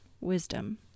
wisdom